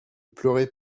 pleurez